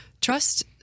trust